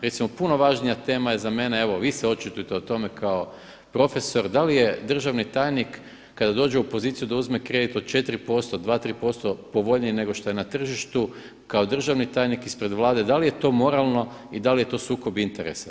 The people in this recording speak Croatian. Recimo puno važnija tema je za mene evo vi se očitujte o tome, kao profesor da li je državni tajnika kada dođe u poziciju da uzme kredit od 4%, 2, 3% povoljniji nego što je na tržištu, kao državni tajnik, ispred Vlade, da li je to moralno i da li je to sukob interesa?